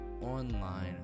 online